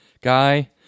guy